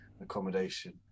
accommodation